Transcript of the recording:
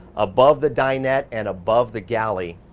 above the dinette and above the galley.